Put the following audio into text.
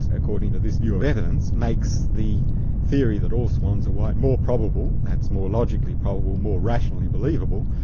according to this view of evidence, makes the theory that all swans are white more probable, that's more logically probable, more rationally believable,